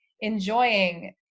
enjoying